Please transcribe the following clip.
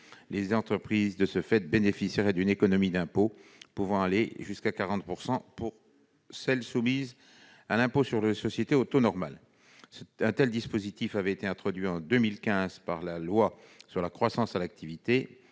les entreprises bénéficieraient d'une économie d'impôt pouvant aller jusqu'à 40 % pour celles qui sont soumises à l'impôt sur les sociétés au taux normal. Un tel dispositif avait été introduit en 2015 par la loi pour la croissance, l'activité